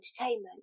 entertainment